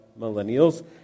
millennials